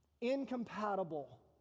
incompatible